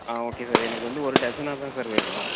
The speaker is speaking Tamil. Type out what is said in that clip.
ஆ ஓகே சார் எனக்கு வந்து ஒரு டஸன்னாகதான் சார் வேணும்